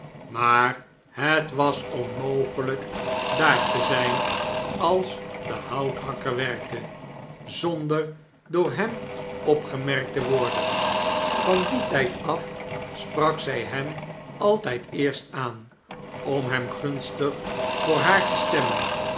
maar het was onmogeljjk daar te zijn als de houthakker werkte zonderdoor hem opgemerkt te worden van dien tjjd af sprak zjj hem alttjd eerst aan om hem gunstig voor haar te stemmen